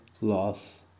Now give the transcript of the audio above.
loss